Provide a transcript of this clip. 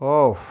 off